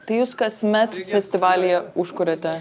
tai jūs kasmet festivalyje užkuriate